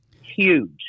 Huge